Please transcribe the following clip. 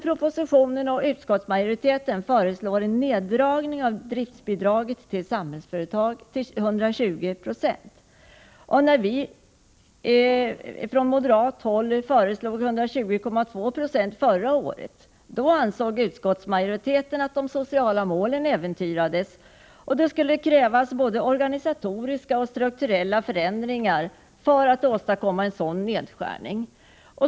Propositionen och utskottsmajoriteten föreslår en neddragning av driftbidraget till Samhällsföretag till 120 96. När vi från moderat håll föreslog 120,2 70 förra året ansåg utskottsmajoriteten att de sociala målen skulle äventyras och att det skulle krävas både organisatoriska och strukturella förändringar för att åstadkomma en sådan nedskärning.